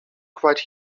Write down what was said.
quite